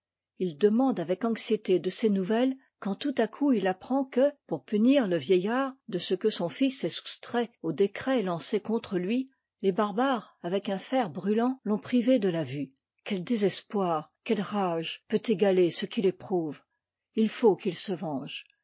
il demande avec anxiété de ses nouvelles quand tout à coup il apprend que pour punir le vieillard de ce que son fils s'est soustrait au décret ancé contre lui les barbares avec un fer brûtant l'ont privé de la vue quel désespoir quelle rage peut égaler ce qu'il éprouve h faut qu'il se venge